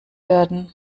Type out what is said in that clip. werden